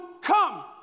come